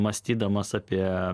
mąstydamas apie